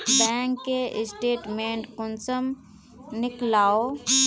Bank के statement कुंसम नीकलावो?